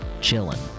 chilling